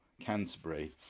Canterbury